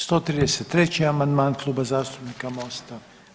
133. amandman Kluba zastupnika Mosta.